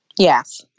Yes